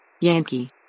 Yankee